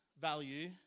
value